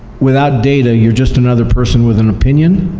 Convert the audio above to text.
without data, you're just another person with an opinion,